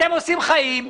אתם עושים חיים,